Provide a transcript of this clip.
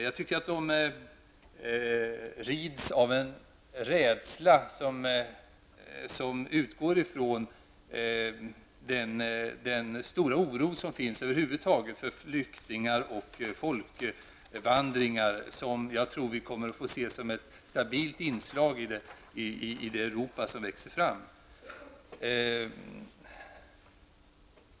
Jag tycker att de rids av en rädsla som härrör sig från den stora oro som finns över huvud taget för flyktingar och folkvandringar, något som jag tror att vi kommer att se som ett stabilt inslag i det Europa som nu växer fram.